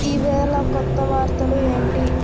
ఇవేళ కొత్త వార్తలు ఏంటి